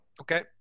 Okay